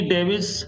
Davis